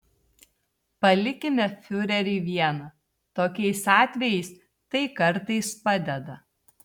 palikime fiurerį vieną tokiais atvejais tai kartais padeda